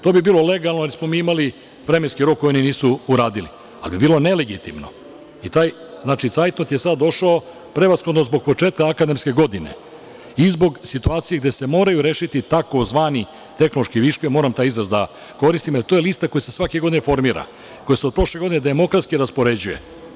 To bi bilo legalno, jer smo mi imali vremenski rok, a oni nisu uradili, ali bi bilo nelegitimno i taj cajtnotu je sada došao prevshodno zbog početka akademske godine i zbog situacije gde se moraju rešiti tzv. tehnološki viškovi, a ja moram taj izraz da koristim, jer to je lista koja se svake godine formira, koja se od prošle godine demokratski raspoređuje.